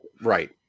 Right